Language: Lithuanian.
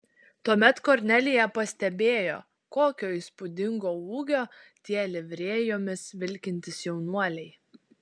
tuomet kornelija pastebėjo kokio įspūdingo ūgio tie livrėjomis vilkintys jaunuoliai